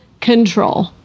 control